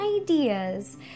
ideas